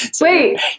Wait